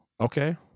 okay